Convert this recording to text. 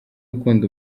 ukunda